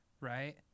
right